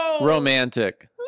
romantic